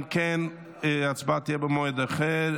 אם כן, הצבעה במועד אחר.